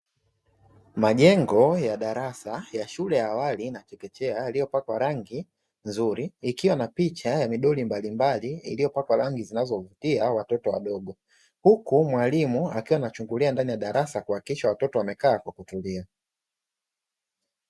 Majengo ya darasa ya shule ya awali na chekechea yaliyopakwa rangi nzuri, ikiwa na picha ya midoli mbalimbali iliyopakwa rangi zinazovutia watoto wadogo. Huku mwalimu akiwa anachungulia ndani ya darasa nakuhakikisha watoto wamekaa kwa kutulia.